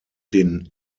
den